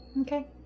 Okay